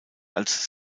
als